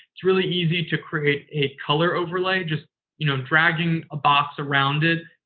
it's really easy to create a color overlay, just you know dragging a box around it,